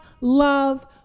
love